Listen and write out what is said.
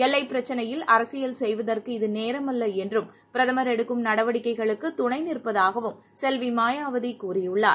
எல்லைப் பிரச்னையில் அரசியல் செய்வதற்கு இது நேரமல்லஎன்றும் பிரதமர் எடுக்கும் நடவடிக்கைகளுக்குத் துணைநிற்பதாகவும் செல்விமாயாவதிகூறியுள்ளார்